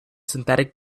synthetic